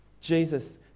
Jesus